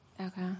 Okay